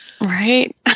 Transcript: right